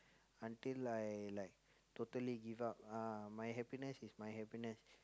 until I like totally give up ah my happiness is my happiness